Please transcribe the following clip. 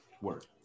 work